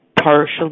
partially